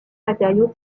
matériaux